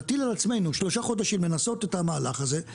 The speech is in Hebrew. נטיל על עצמנו שלושה חודשים לנסות את המהלך הזה.